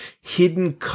hidden